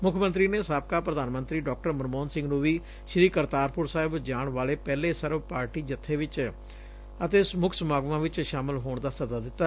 ਮੁੱਖ ਮੰਤਰੀ ਨੇ ਸਾਬਕਾ ਪ੍ਧਾਨ ਮੰਤਰੀ ਡਾ ਮਨਮੋਹਨ ਸਿੰਘ ਨੂੰ ਵੀ ਸ੍ੀ ਕਰਤਾਰਪੁਰ ਸਾਹਿਬ ਜਾਣ ਵਾਲੇ ਪਹਿਲੇ ਸਰਬ ਪਾਰਟੀ ਜੱਬੇ ਅਤੇ ਮੁੱਖ ਸਮਾਗਮ ਵਿਚ ਸ਼ਾਮਲ ਹੋਣ ਦਾ ਸੱਦਾ ਦਿੱਤਾ